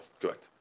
Correct